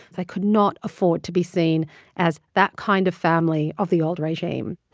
they could not afford to be seen as that kind of family of the old regime.